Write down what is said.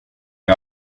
jag